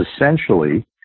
essentially